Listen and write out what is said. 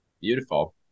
Beautiful